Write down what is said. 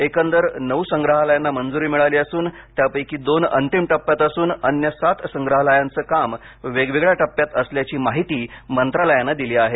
एकूण नऊ संग्रहालयांना मंजूरी मिळाली असून त्यापैकी दोन अंतिम टप्प्यात असून अन्य सात संग्रहालयांचं काम वेगवेगळ्या टप्प्यात असल्याची माहिती मंत्रालयानं दिली आहे